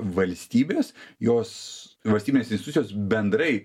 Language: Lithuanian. valstybės jos valstybinės institucijos bendrai